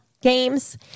games